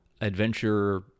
adventure